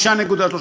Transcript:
5.3,